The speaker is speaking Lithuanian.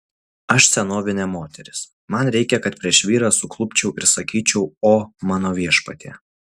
aš senovinė moteris man reikia kad prieš vyrą suklupčiau ir sakyčiau o mano viešpatie